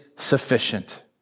Sufficient